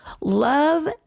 Love